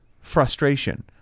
frustration